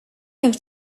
have